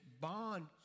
bond